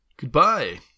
Goodbye